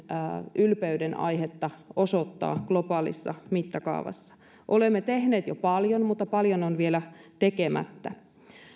ylpeydenaihetta osoittaa globaalissa mittakaavassa olemme tehneet jo paljon mutta paljon on vielä tekemättä